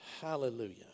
Hallelujah